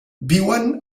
viuen